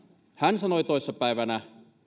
hän sanoi toissa päivänä